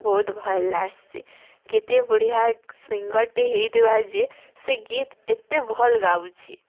ବହୁତ୍ ଭଲ୍ ଲାଗ୍ସି କେତେ ବଢ଼ିଆ ସିଙ୍ଗର୍ଟେ ହୋଇଥିବା ଯେ ସେ ଗୀତ୍ ଏତେ ଭଲ୍ ଗାଉଛି